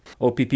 OPP